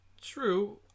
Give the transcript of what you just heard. True